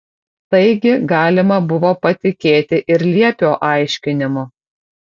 taigi galima buvo patikėti ir liepio aiškinimu